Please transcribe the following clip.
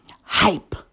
Hype